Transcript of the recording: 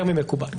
יותר ממקובל.